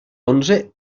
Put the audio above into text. onze